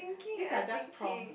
these are just prompt